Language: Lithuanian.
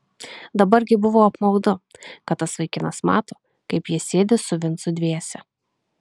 dabar gi buvo apmaudu kad tas vaikinas mato kaip jie sėdi su vincu dviese